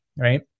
right